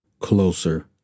closer